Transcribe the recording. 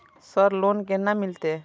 Sir loan केना मिलते?